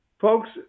Folks